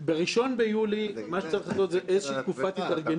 ב-1 ביולי מה שצריך להיות זאת איזושהי תקופת התארגנות,